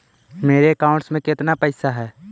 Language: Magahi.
मेरे अकाउंट में केतना पैसा है?